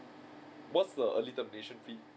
what's the early termination fee